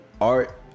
art